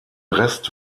rest